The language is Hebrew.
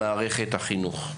מערכת החינוך.